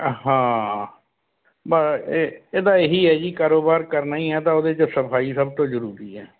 ਹਾਂ ਵਾ ਇਹ ਤਾਂ ਇਹੀ ਹੈ ਜੀ ਕਾਰੋਬਾਰ ਕਰਨਾ ਹੀ ਹੈ ਤਾਂ ਉਹਦੇ 'ਚ ਸਫਾਈ ਸਭ ਤੋਂ ਜ਼ਰੂਰੀ ਹੈ